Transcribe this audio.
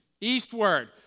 eastward